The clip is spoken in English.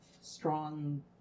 strong